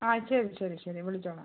ആ ശരി ശരി ശരി വിളിച്ചോളാം